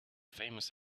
famous